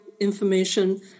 information